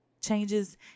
changes